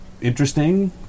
interesting